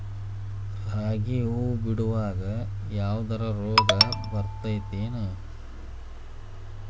ರಾಗಿ ಹೂವು ಬಿಡುವಾಗ ಯಾವದರ ರೋಗ ಬರತೇತಿ ಏನ್?